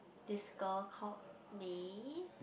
this girl called Mei